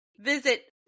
visit